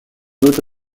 doute